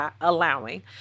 allowing